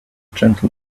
gentle